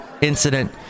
incident